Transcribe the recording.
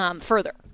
further